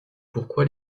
pourquoi